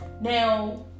Now